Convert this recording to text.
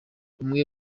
umwe